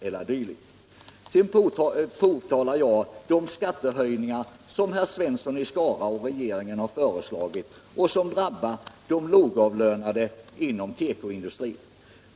Jag påtalade de skattehöjningar som herr Svensson i Skara och regeringen har föreslagit och som drabbat de lågavlönade inom tekoindustrin.